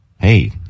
Hey